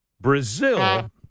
Brazil